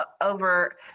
over